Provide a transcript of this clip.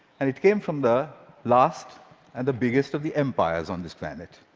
and it came from the last and the biggest of the empires on this planet.